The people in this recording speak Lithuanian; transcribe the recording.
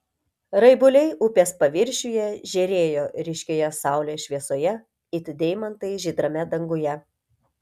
raibuliai upės paviršiuje žėrėjo ryškioje saulės šviesoje it deimantai žydrame danguje